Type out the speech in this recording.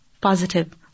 positive